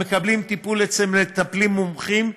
המקבלים טיפול אצל מטפלים מומחים,